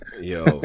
Yo